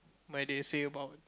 where they say about